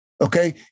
Okay